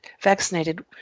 vaccinated